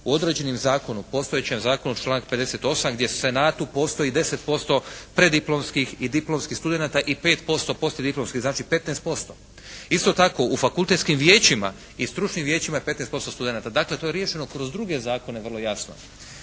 u određenom zakonu, postojećem Zakonu članak 58. gdje u Senatu postoji 10% preddiplomskih i diplomskih studenata i %% poslijediplomskih, znači 15%. Isto tako u fakultetskim vijećima i stručnim vijećima je 15% studenata. Dakle to je riješeno kroz druge zakone vrlo jasno.